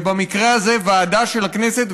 ובמקרה הזה ועדה של הכנסת,